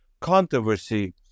controversy